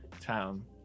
town